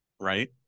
Right